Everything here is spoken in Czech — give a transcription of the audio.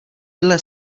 dle